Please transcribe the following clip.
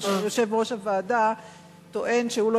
כאשר יושב-ראש הוועדה טוען שהוא לא